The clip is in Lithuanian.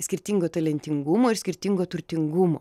skirtingo talentingumo ir skirtingo turtingumo